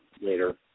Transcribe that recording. later